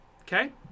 Okay